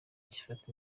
gifata